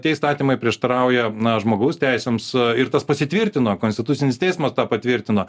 tie įstatymai prieštarauja žmogaus teisėms ir tas pasitvirtino konstitucinis teismas tą patvirtino